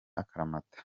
akaramata